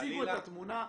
תציגו את התמונה.